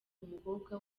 umukobwa